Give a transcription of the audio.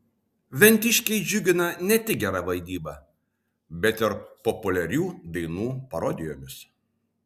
ventiškiai džiugina ne tik gera vaidyba bet ir populiarių dainų parodijomis